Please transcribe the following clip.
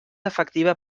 efectiva